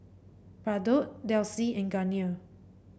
Bardot Delsey and Garnier